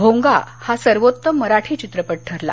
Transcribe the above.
भोंगा हा सर्वोत्तम मराठी चित्रपट ठरला